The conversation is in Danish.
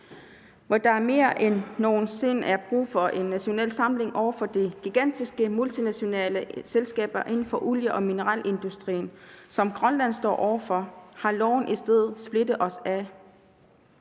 Hvor der mere end nogen sinde er brug for en national samling over for de gigantiske multinationale selskaber inden for olie- og mineralindustri, som Grønland står over for, har loven i stedet splittet os ad.